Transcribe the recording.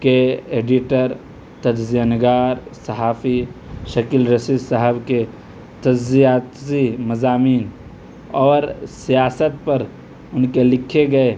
کے ایڈیٹر تجزیہ نگار صحافی شکیل رشید صاحب کے تجزیاتی مضامین اور سیاست پر ان کے لکھے گئے